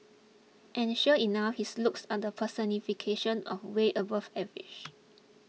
and sure enough his looks are the personification of way above average